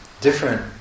different